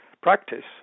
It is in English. practice